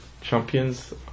champions